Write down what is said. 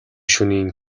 шөнийн